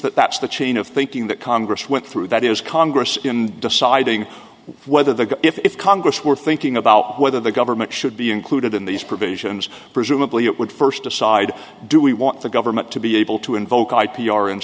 that that's the chain of thinking that congress went through that it was congress in deciding whether the if congress were thinking about whether the government should be included in these provisions presumably it would first decide do we want the government to be able to invoke i p r and